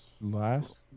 last